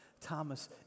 Thomas